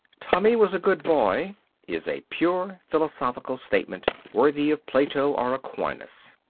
tommy was a good boy is a pure philosophical statement, worthy of plato or aquinas.